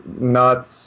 nuts